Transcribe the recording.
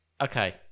Okay